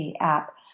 app